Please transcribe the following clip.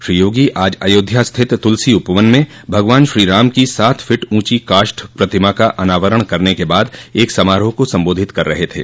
श्री योगी आज अयोध्या स्थित तुलसी उपवन में भगवान श्रीराम की सात फीट ऊँची काष्ठ प्रतिमा का अनावरण करने के बाद एक समारोह को संबोधित कर रहे थे